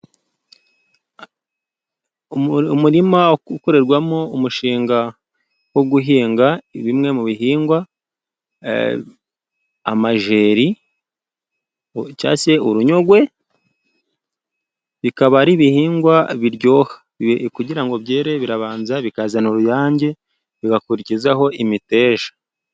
Umurima ukorerwamo umushinga wo guhinga bimwe mu bihingwa amajeri cyangwa se urunyogwe, bikaba ari ibihingwa biryoha. Kugira ngo byere ,birabanza bikazana uruyange bigakurikizaho imiteja.